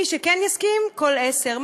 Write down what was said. ומי שכן יסכים, כל עשר.